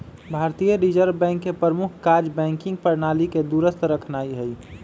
भारतीय reserve bank के प्रमुख काज़ बैंकिंग प्रणाली के दुरुस्त रखनाइ हइ